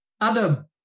Adam